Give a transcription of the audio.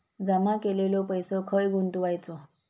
जमा केलेलो पैसो खय गुंतवायचो?